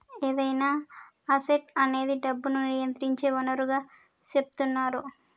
ఏదైనా అసెట్ అనేది డబ్బును నియంత్రించే వనరుగా సెపుతున్నరు